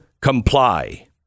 comply